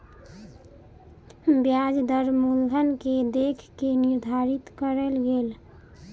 ब्याज दर मूलधन के देख के निर्धारित कयल गेल